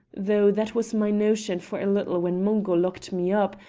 though that was my notion for a little when mungo locked me up,